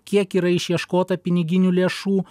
kiek yra išieškota piniginių lėšų